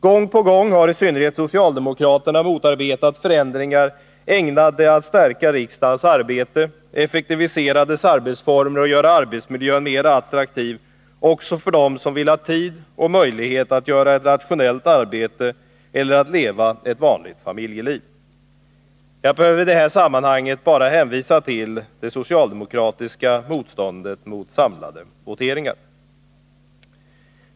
Gång på gång har i synnerhet socialdemokraterna motarbetat förändringar ägnade att stärka riksdagens anseende, effektivisera dess arbetsformer och göra arbetsmiljön mera attraktiv också för dem som vill ha tid och möjlighet att utföra ett rationellt arbete eller att leva ett vanligt familjeliv. Jag behöver i detta sammanhang bara hänvisa till det socialdemokratiska motståndet mot samlade voteringar.